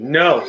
no